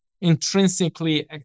intrinsically